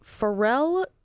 Pharrell